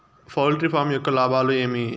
poultry farm యొక్క లాభాలు ఏమి